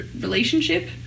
relationship